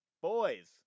boys